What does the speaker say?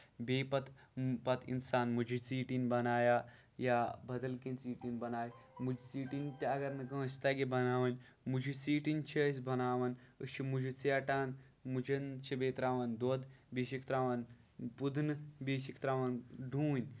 بیٚیہِ پَتہٕ پَتہٕ اِنسان مُجہِ ژیٚٹِنۍ بَنایا یا بدل کیٚنٛہہ ژیٚٹِنۍ بَنایہِ مُجہِ ژیٚٹِنۍ تہِ اَگر نہٕ کٲنسہِ تَگہِ بَناؤنۍ مُجہِ ژیٚٹِنۍ چھِ أسۍ بَناون أسۍ چھِ مُجہِ ژَیٹان مُجین چھِ بیٚیہِ تراون دۄد بیٚیہِ چھِکھ تراون پُدنہٕ بیٚیہِ چھِکھ تراون ڈوٗنۍ